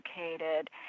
educated